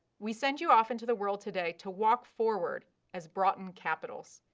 we send you off into the world today to walk forward as broughton capitals.